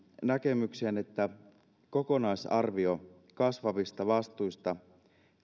näkemykseen että kokonaisarvio kasvavista vastuista